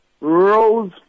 rose